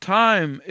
time